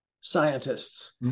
scientists